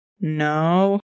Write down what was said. No